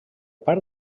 part